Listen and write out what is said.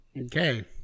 Okay